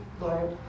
Lord